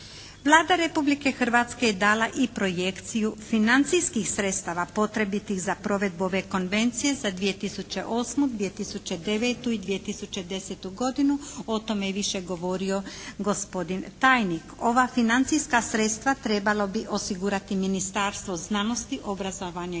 Vlada Republike Hrvatske je dala i projekciju financijskih sredstava potrebitih za provedbu ove Konvenciju za 2008., 2009. i 2010. godinu, o tome je više govorio gospodin tajnik. Ova financijska sredstva trebalo bi osigurati Ministarstvo znanosti, obrazovanja i športa,